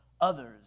others